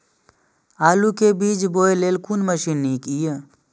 आलु के बीज बोय लेल कोन मशीन नीक ईय?